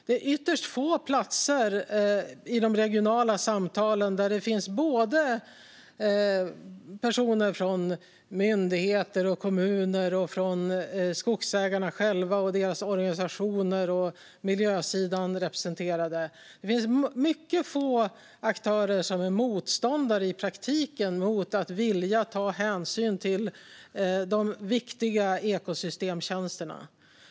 Det är ytterst få andra platser i de regionala samtalen där det finns lika många personer från både myndigheter och kommuner och skogsägarna själva med och där deras organisationer och miljösidan också är representerade. Det finns mycket få aktörer som i praktiken är motståndare mot att vilja ta hänsyn till de viktiga ekosystemtjänsterna.